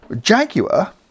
Jaguar